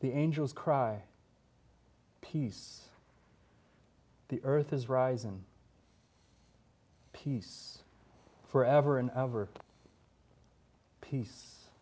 the angels cry peace the earth is rise and peace forever and ever peace